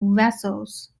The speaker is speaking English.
vessels